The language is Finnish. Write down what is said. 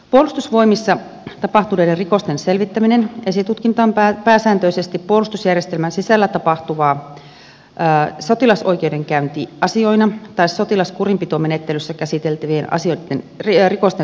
puolustusvoimissa tapahtuneet rikokset selvitetään esitutkinnassa pääsääntöisesti puolustusjärjestelmän sisällä tapahtuvina sotilasoikeudenkäyntiasioina tai sotilaskurinpitomenettelyssä käsiteltäviä asian periä rikosten